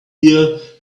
year